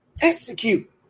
Execute